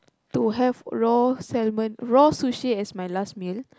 to have raw salmon saw sushi as my last meal